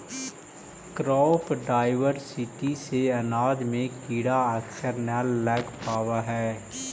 crop diversity से अनाज में कीड़ा अक्सर न न लग पावऽ हइ